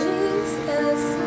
Jesus